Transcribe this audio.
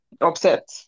upset